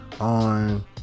on